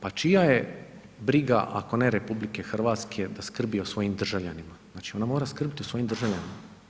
Pa čija je briga ako ne RH da skrbi o svojim državljanima, znači ona mora skrbiti o svojim državljanima.